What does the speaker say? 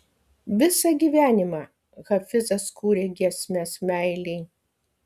visą gyvenimą hafizas kūrė giesmes meilei